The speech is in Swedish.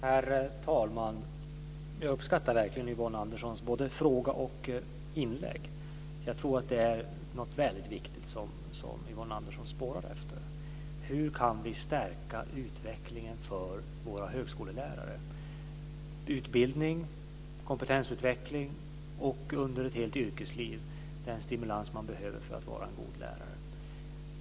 Herr talman! Jag uppskattar verkligen Yvonne Anderssons fråga och inlägg. Jag tror att det är något väldigt viktigt som Yvonne Andersson spårar efter: Hur kan vi stärka utvecklingen för våra högskolelärare? Det är fråga om utbildning, kompetensutveckling, och under ett helt yrkesliv den stimulans man behöver för att vara en god lärare.